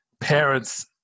parents